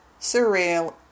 surreal